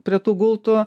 prie tų gultų